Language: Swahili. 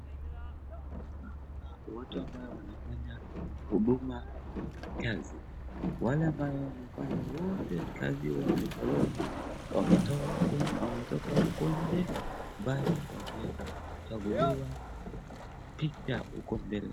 Naona watu ambao wanafanya huduma kazi, wale ambao wanafanya kazi wametolewa wote, wametoka huko nje ambao wamechaguliwa kupiga picha huko mbele.